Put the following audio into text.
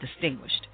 distinguished